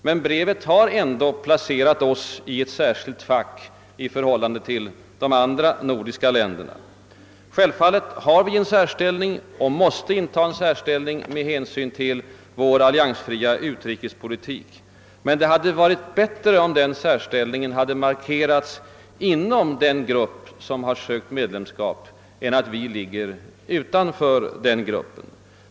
Men brevet har ändå placerat oss i ett särskilt fack i förhållande till de andra nordiska länderna. Självfallet har vi en särställning och måste ha detta med hänsyn till vår alliansfria utrikespolitik, men det hade varit bättre om denna särställning hade markerats inom den grupp som har sökt medlemskap än att vi skall ligga utanför den gruppen.